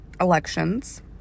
elections